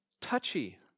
touchy